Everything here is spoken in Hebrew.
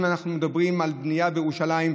אם אנחנו מדברים על בנייה בירושלים,